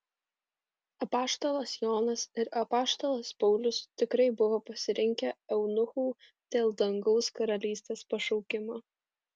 apaštalas jonas ir apaštalas paulius tikrai buvo pasirinkę eunuchų dėl dangaus karalystės pašaukimą